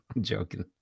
joking